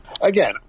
again